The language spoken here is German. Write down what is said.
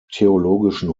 theologischen